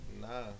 Nah